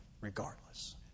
Regardless